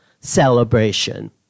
celebration